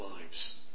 lives